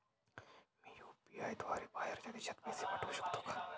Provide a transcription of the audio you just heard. मी UPI द्वारे बाहेरच्या देशात पैसे पाठवू शकतो का?